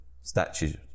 statues